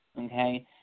Okay